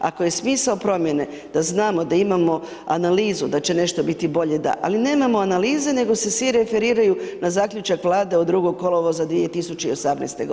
Ako je smisao promjene da znamo da imamo analizu da će nešto biti bolje, da, ali nemamo analize nego se svi referiraju na zaključak Vlade od 2. kolovoza 2018. g. Hvala lijepo.